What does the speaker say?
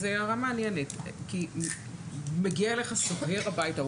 זו הערה מעניינת כי מגיע אליך סוהר הביתה.